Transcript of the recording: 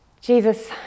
Jesus